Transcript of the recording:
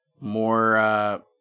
more